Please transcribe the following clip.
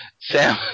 Sam